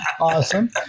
Awesome